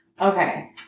Okay